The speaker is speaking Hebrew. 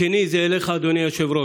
השני הוא אליך, אדוני היושב-ראש,